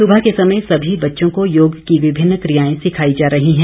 सुबह के समय सभी बच्चों को योग की विभिन्न क्रियाएं सिखाई जा रही हैं